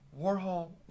Warhol